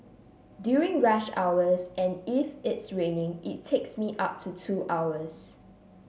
during rush hours and if it's raining it takes me up to two hours